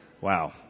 Wow